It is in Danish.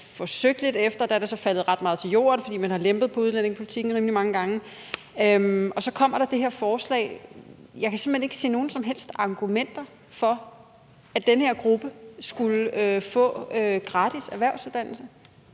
forsøgt lidt efter – der er det så faldet ret meget til jorden, fordi man har lempet på udlændingepolitikken rimelig mange gange. Og så kommer der på den anden side det her forslag. Jeg kan simpelt hen ikke se nogen som helst argumenter for, at den her gruppe skulle få gratis erhvervsuddannelse,